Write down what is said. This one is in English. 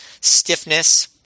stiffness